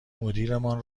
مدیرمان